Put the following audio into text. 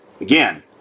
Again